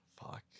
Fuck